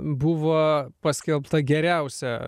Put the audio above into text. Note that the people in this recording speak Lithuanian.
buvo paskelbta geriausia